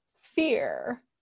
fear